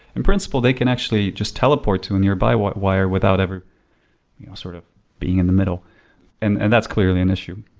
in principle they can actually just teleport to a nearby wire wire without ever sort of being in the middle and and that's clearly an issue